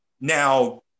Now